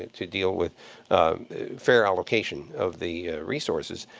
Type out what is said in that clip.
to deal with fair allocation of the resources.